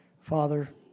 Father